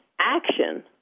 action